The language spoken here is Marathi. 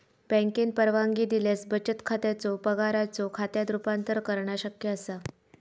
बँकेन परवानगी दिल्यास बचत खात्याचो पगाराच्यो खात्यात रूपांतर करणा शक्य असा